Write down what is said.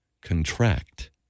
contract